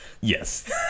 Yes